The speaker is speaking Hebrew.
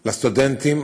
לסטודנטים.